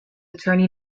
attorney